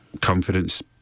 confidence